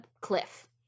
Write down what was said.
cliff